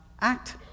act